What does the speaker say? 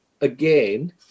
again